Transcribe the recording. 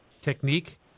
technique